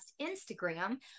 Instagram